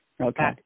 Okay